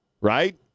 right